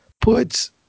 puts